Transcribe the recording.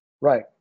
Right